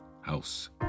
house